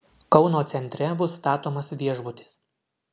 kauno centre bus statomas viešbutis